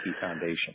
foundation